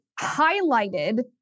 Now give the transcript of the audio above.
highlighted